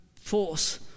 force